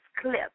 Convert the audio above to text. clip